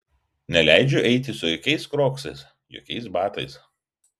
neleidžiu eiti su jokiais kroksais jokiais batais